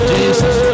Jesus